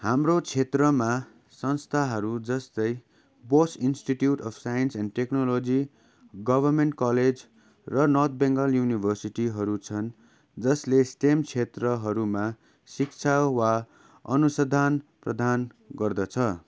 हाम्रो क्षेत्रमा संस्थाहरू जस्तै Bose institute of science and technology government college र नर्थ बेङ्गाल युनिभर्सिटीहरू छन् जसले स्टेम क्षेत्रहरूमा शिक्षा वा अनुसन्धान प्रदान गर्दछ